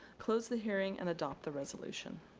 close the hearing and adopt the resolution.